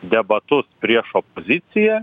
debatus prieš opoziciją